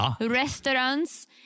restaurants